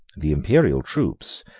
the imperial troops,